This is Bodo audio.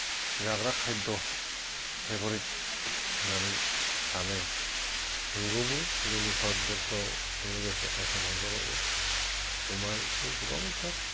जाग्रा खाय्ध फेभरेट होननानै सानो नंगौबो जोंनि भारतबर्सआव लोगोसे आसामाव अमाखौ गोबांथार